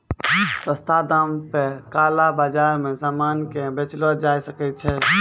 सस्ता दाम पे काला बाजार मे सामान के बेचलो जाय सकै छै